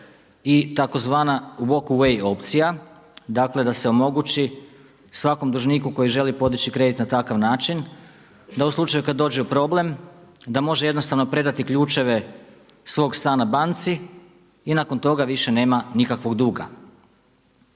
i tzv. walk away opcija, dakle da se omogući svakom dužniku koji želi podići kredit na takav način da u slučaju kada dođe problem da može jednostavno predati ključeve svoga stana banci i nakon toga više nema nikakvoga duga.